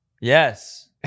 Yes